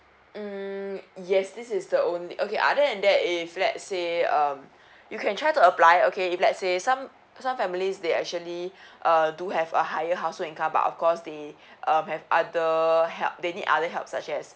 mm yes this is the only okay other than that if let's say um you can try to apply okay if let's say some some families they actually uh do have a higher household income but of course they um have other help they need other help such as